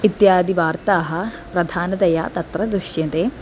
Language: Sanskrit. इत्यादिवार्ताः प्रधानतया तत्र दृश्यन्ते